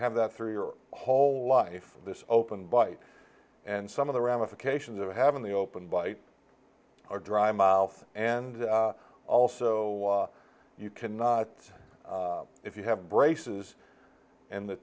have that through your whole life this open bite and some of the ramifications of having the open bite or dry mouth and also you can see if you have braces and the